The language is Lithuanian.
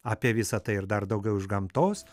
apie visa tai ir dar daugiau iš gamtos